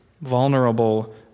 vulnerable